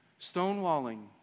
Stonewalling